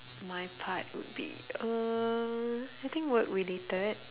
my part would be uh I think work related